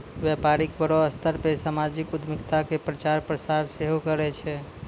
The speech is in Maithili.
व्यपारी बड़ो स्तर पे समाजिक उद्यमिता के प्रचार प्रसार सेहो करै छै